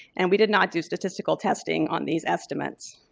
and we did not do statistical testing on these estimates.